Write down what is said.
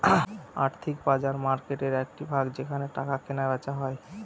আর্থিক বাজার মার্কেটের একটি ভাগ যেখানে টাকা কেনা বেচা হয়